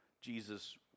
jesus